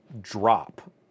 drop